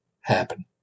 happen